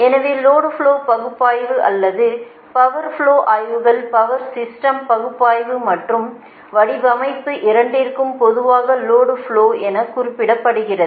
எனவே load flow பகுப்பாய்வு அல்லது பவா் ஃப்லோ ஆய்வுகள் பவா் சிஸ்டம் பகுப்பாய்வு மற்றும் வடிவமைப்பு இரண்டிற்கும்பொதுவாக லோடு ஃப்லோ என குறிப்பிடப்படுகிறது